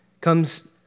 Comes